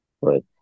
Right